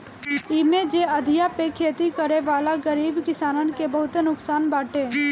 इमे जे अधिया पे खेती करेवाला गरीब किसानन के बहुते नुकसान बाटे